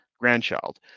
grandchild